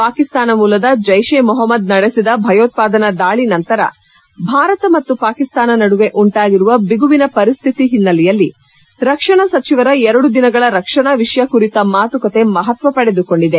ಪಾಕಿಸ್ತಾನ ಮೂಲದ ಜೈಷ್ ಎ ಮೊಹಮ್ನದ್ ನಡೆಸಿದ ಭಯೋತ್ವಾದನಾ ದಾಳಿ ನಂತರ ಭಾರತ ಮತ್ತು ಪಾಕಿಸ್ತಾನ ನಡುವೆ ಉಂಟಾಗಿರುವ ಬಿಗುವಿನ ಪರಿಸ್ತಿತಿ ಹಿನ್ನೆಲೆಯಲ್ಲಿ ರಕ್ಷಣಾ ಸಚಿವರ ಎರಡು ದಿನಗಳ ರಕ್ಷಣಾ ವಿಷಯ ಕುರಿತ ಮಾತುಕತೆ ಮಹತ್ವ ಪಡೆದುಕೊಂಡಿದೆ